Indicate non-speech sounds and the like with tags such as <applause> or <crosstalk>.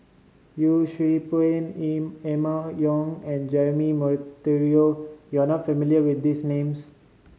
Yee Siew Pun <unintelligible> Emma Yong and Jeremy Monteiro you are not familiar with these names